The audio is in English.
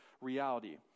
reality